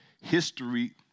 history